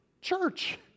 church